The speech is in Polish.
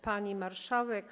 Pani Marszałek!